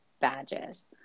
badges